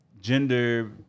gender